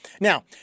now